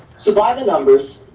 so by the numbers,